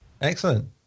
Excellent